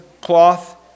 cloth